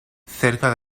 cerca